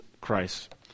Christ